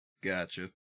Gotcha